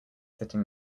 sitting